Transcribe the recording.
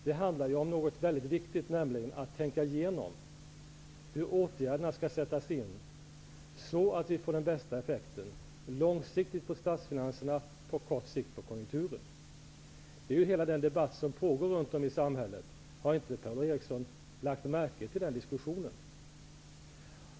Det handlar om något som är väldigt viktigt, nämligen att tänka igenom hur åtgärderna skall sättas in för att vi skall få den bästa långsiktiga effekten för statsfinanserna och den bästa kortsiktiga effekten för konjunkturen. Det är den debatt som pågår runt om i samhället. Har inte Per Ola Eriksson lagt märke till den diskussionen?